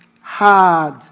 hard